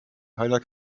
keiner